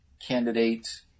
candidate